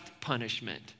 punishment